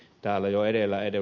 täällä jo edellä ed